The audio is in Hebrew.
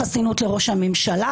תיקח לשיחה את דודי אמסלם,